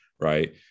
right